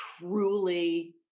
truly